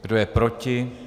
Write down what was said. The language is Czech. Kdo je proti?